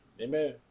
Amen